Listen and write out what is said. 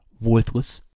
Worthless